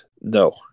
No